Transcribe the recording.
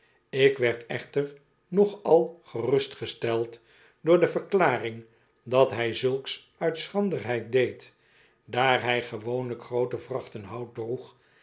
ik werd echter nogal gerustgesteld door de verklaring dat hij zulks uit schranderheid deed daar hij gewoonlijk groote vrachten hout